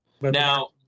Now